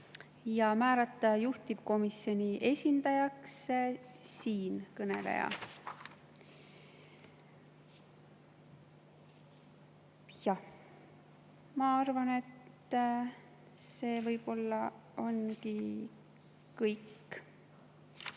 ja määrata juhtivkomisjoni esindajaks siinkõneleja. Jah, ma arvan, et see võib-olla ongi kõik.